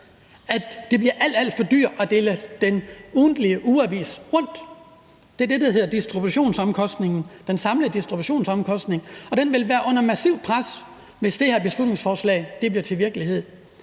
at det bliver alt, alt for dyrt at omdele ugeavisen – det er det, der hedder den samlede distributionsomkostning. Den ville være under massivt pres, hvis det her beslutningsforslag bliver til virkelighed.